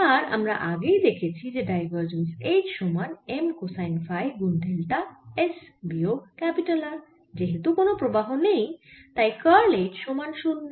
আর আমরা আগেই দেখেছি যে ডাইভারজেন্স H সমান M কোসাইন ফাই গুন ডেল্টা S বিয়োগ R আর যেহেতু কোন প্রবাহ নেই তাই কার্ল H সমান 0